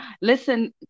listen